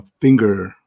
finger